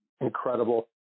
incredible